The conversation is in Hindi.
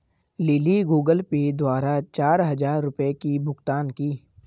लिली गूगल पे द्वारा चार हजार रुपए की भुगतान की